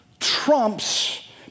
trumps